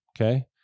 okay